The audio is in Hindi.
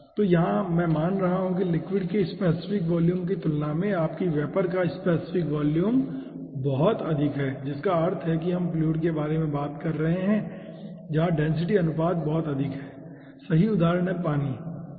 तो यहां मैं मान रहा हूं कि लिक्विड के स्पेसिफिक वॉल्यूम की तुलना में आपकी वेपर का स्पेसिफिक वॉल्यूम बहुत अधिक है जिसका अर्थ है कि हम फ्लूइड के बारे में बात कर रहे हैं जहां डेंसिटी अनुपात बहुत अधिक है सही उदाहरण है पानी ठीक है